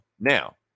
Now